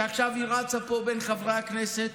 עכשיו היא רצה פה בין חברי הכנסת,